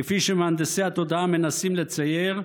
כפי שמהנדסי התודעה מנסים לצייר,